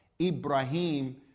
Ibrahim